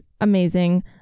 Amazing